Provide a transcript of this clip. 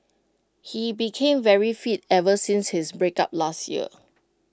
he became very fit ever since his breakup last year